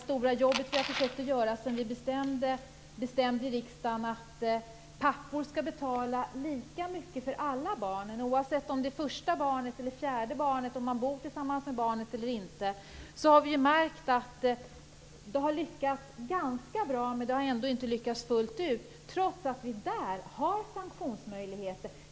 Efter att vi i riksdagen bestämde att pappor skall betala lika mycket för alla barnen, oavsett om det är det första eller det fjärde barnet och oavsett om de bor tillsammans med barnet eller inte, har vi märkt att detta system har lyckats ganska bra. Men det har inte lyckats fullt ut, trots att det finns sanktionsmöjligheter.